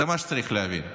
זה מה שצריך להבין.